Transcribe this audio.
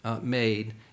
made